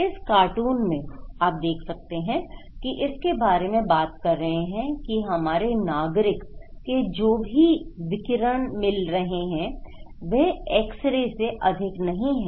इस कार्टून में आप देख सकते हैं कि इसके बारे में बात कर रहे हैं की हमारे नागरिक को जो भी विकिरण मिल रहे हैं वह एक्स रे से अधिक नहीं हैं